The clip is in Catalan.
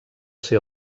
ser